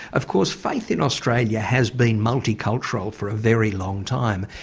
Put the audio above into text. of course faith in australia has been multicultural for a very long time,